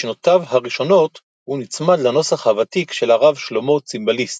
בשנותיו הראשונות הוא נצמד לנוסח הוותיק של הרב שלמה צימבליסט,